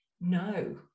no